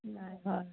নাই হয়